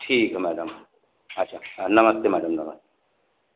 ठीक है मैडम अच्छा नमस्ते मैडम नमस्ते नमस्